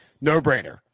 No-brainer